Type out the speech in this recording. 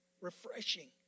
Refreshing